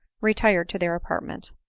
retired to their apart ment.